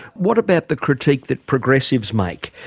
what about the critique that progressives make,